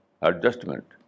adjustment